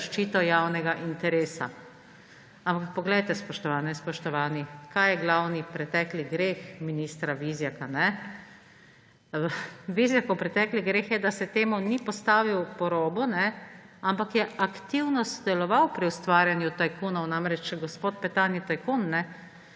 za zaščito javnega interesa. Ampak poglejte, spoštovane in spoštovani, kaj je glavni pretekli greh ministra Vizjaka? Vizjakov pretekli greh je, da se temu ni postavil po robu, ampak je aktivno sodeloval pri ustvarjanju tajkunov – namreč gospod Petan je tajkun